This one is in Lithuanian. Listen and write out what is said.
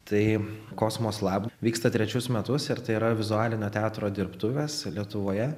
tai kosmos leb vyksta trečius metus ir tai yra vizualinio teatro dirbtuvės lietuvoje